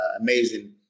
Amazing